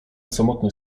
samotny